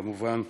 כמובן,